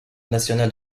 nationale